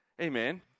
Amen